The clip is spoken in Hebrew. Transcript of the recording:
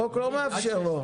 החוק לא מאפשר לו.